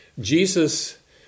Jesus